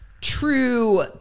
true